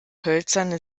hölzerne